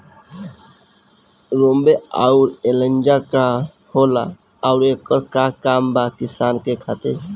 रोम्वे आउर एलियान्ज का होला आउरएकर का काम बा किसान खातिर?